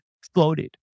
exploded